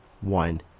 One